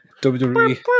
WWE